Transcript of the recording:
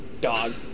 dog